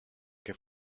che